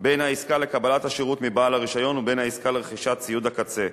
בין העסקה לקבלת השירות מבעל הרשיון ובין העסקה לרכישת ציוד הקצה.